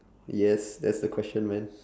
yes that's the question man